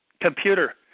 computer